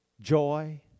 Joy